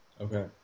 Okay